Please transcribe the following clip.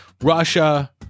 Russia